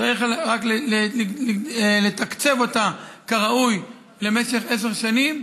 צריך רק לתקצב אותה כראוי במשך עשר שנים,